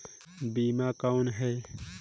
बीमा कौन है?